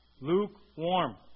Lukewarm